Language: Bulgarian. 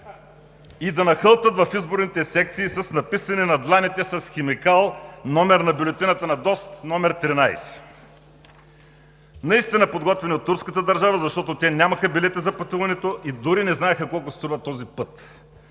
и да нахълтат в изборните секции с написан на дланите с химикал номер на бюлетината на ДОСТ –№ 13. Наистина, подготвени от турската държава, защото те нямаха билети за пътуването и дори не знаеха колко струва този път.